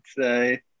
say